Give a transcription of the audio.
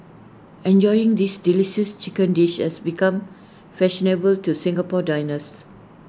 enjoying this delicious chicken dish has become fashionable to Singapore diners